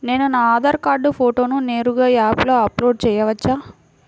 నేను నా ఆధార్ కార్డ్ ఫోటోను నేరుగా యాప్లో అప్లోడ్ చేయవచ్చా?